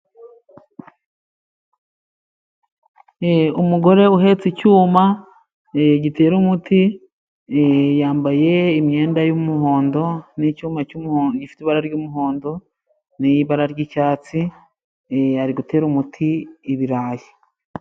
Umugore uhetse icyuma gitera umuti, yambaye imyenda y' umuhondo ni cyuma gifite ibara ry' umuhondo, n' ibara ry' icyatsi ari gutera umuti ibirayi.